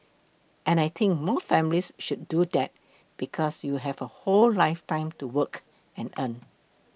and I think more families should do that because you have a whole lifetime to work and earn